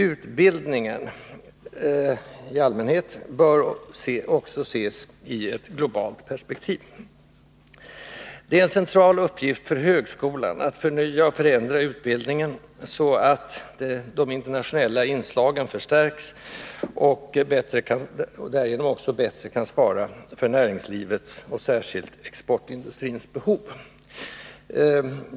Utbildning i allmänhet bör också ses i ett globalt perspektiv. Det är en central uppgift för högskolan att förnya och förändra utbildningen så, att de interationella inslagen förstärks och utbildningen därigenom bättre kan svara mot näringslivets och särskilt exportindustrins behov.